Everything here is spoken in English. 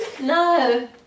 No